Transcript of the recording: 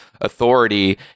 authority